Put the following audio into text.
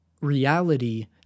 reality